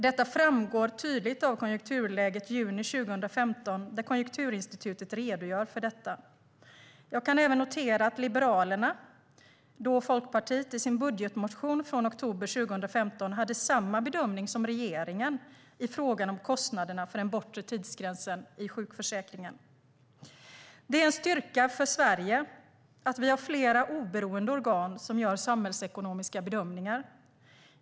Detta framgår tydligt av Konjunkturläget juni 2015 , där Konjunkturinstitutet redogör för detta. Jag kan även notera att Liberalerna, då Folkpartiet, i sin budgetmotion från oktober 2015 gjorde samma bedömning som regeringen i frågan om kostnaderna för den bortre tidsgränsen i sjukförsäkringen. Det är en styrka för Sverige att vi har flera oberoende organ som gör samhällsekonomiska bedömningar.